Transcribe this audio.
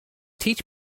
teach